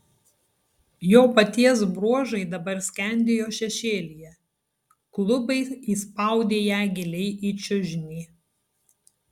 jo paties bruožai dabar skendėjo šešėlyje klubai įspaudė ją giliai į čiužinį